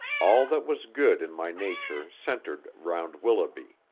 all that was good in my nature centred round willoughby.